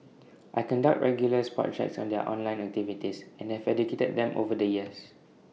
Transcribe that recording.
I conduct regular spot checks on their online activities and have educated them over the years